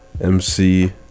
MC